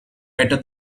better